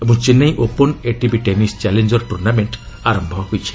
ଏବଂ Chennai open ATP tennis challenger tournament ଆରମ୍ଭ ହୋଇଛି